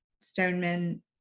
Stoneman